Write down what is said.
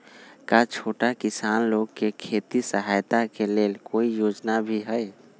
का छोटा किसान लोग के खेती सहायता के लेंल कोई योजना भी हई?